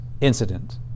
incident